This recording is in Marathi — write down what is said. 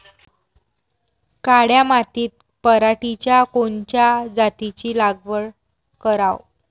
काळ्या मातीत पराटीच्या कोनच्या जातीची लागवड कराव?